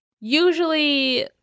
usually